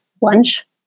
lunch